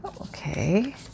Okay